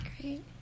Great